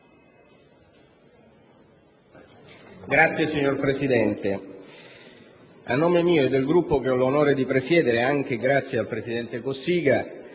Signor Presidente, a nome mio e del Gruppo che ho l'onore di presiedere, anche grazie al presidente Cossiga,